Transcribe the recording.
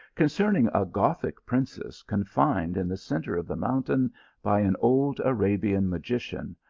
con cerning a gothic princess confined in the centre of the mountain by an old arabian magician,